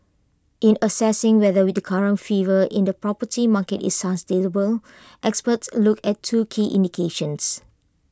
in assessing whether with the current fever in the property market is sustainable experts look at two key indications